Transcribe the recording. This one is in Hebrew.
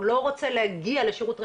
או לא רוצה להגיע לשירות רפואי,